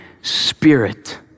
spirit